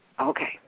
Okay